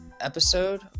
episode